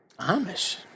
Amish